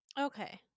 Okay